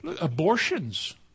Abortions